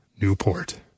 Newport